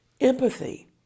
empathy